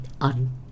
on